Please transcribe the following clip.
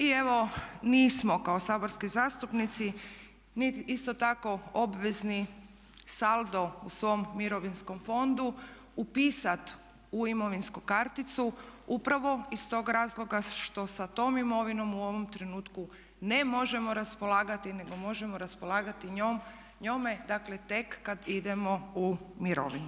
Evo mi smo kao saborski zastupnici isto tako obvezni saldo u svom mirovinskom fondu upisati u imovinsku karticu upravo iz tog razloga što sa tom imovinom u ovom trenutku ne možemo raspolagati nego možemo raspolagati njome tek kad idemo u mirovinu.